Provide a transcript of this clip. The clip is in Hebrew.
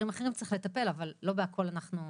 אחרים צריך לטפל, אבל אתה יודע,